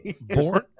Born